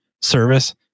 service